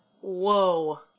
Whoa